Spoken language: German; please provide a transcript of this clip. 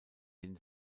den